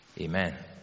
Amen